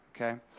Okay